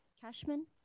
Cashman